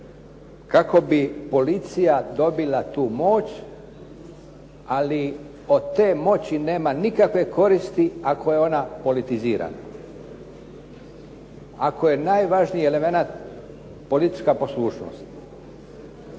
kako bi policija dobila tu moć, ali od te moći nema nikakve koristi ako je ona politizirana. Ako je najvažniji elemenat policijska poslušnost.